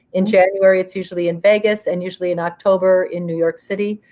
in january, it's usually in vegas. and usually in october in new york city.